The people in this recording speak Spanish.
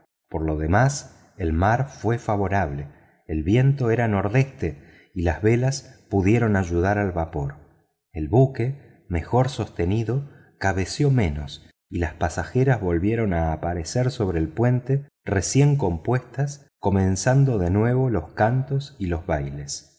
por lo demás el mar fue favorable el viento era noroeste y las velas pudieron ayudar al vapor el buque mejor sostenido cabeceó menos y las pasajeras volvieron a aparecer sobre el puente recién compuestas comenzando de nuevo los cantos y los bailes